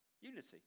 unity